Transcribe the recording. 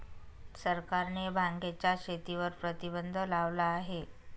सरकारने भांगेच्या शेतीवर प्रतिबंध लावला आहे